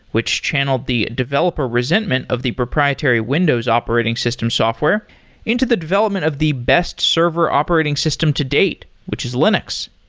which channeled the developer resentment of the proprietary windows operating system software into the development of the best server operating system to date, which is linux.